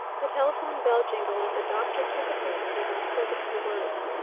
the telephone bell jingled, and the doctor took up the receiver and spoke a few words.